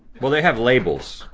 well they have labels.